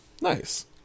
Nice